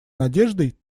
надеждой